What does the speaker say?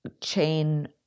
chain